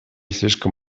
слишком